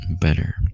better